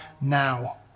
now